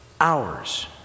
hours